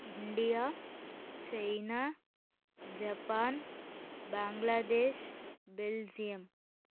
India China Japan Bangladesh Belgium